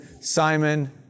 Simon